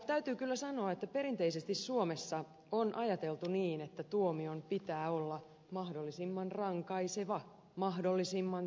täytyy kyllä sanoa että perinteisesti suomessa on ajateltu niin että tuomion pitää olla mahdollisimman rankaiseva mahdollisimman tuntuva